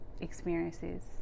experiences